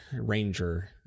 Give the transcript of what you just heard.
ranger